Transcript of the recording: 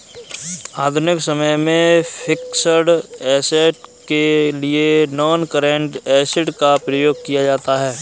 आधुनिक समय में फिक्स्ड ऐसेट के लिए नॉनकरेंट एसिड का प्रयोग किया जाता है